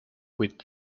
with